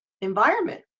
environment